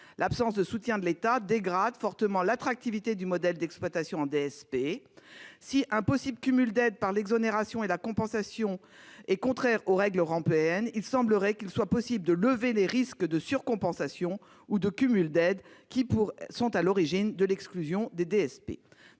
l'absence de soutien de l'État dégrade fortement l'attractivité du modèle d'exploitation en DSP. Si le cumul d'aides par exonération et de compensation est contraire aux règles européennes, il semble possible de lever les risques de surcompensation ou de cumul d'aides qui motivent l'exclusion des DSP.